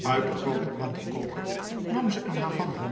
uit de grote matten koker nam ze een havanna